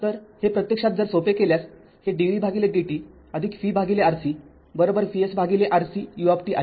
तर हे प्रत्यक्षात जर सोपे केल्यास हे dvdt vRc VsRc u आहे